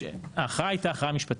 ההכרעה הייתה הכרעה משפטית.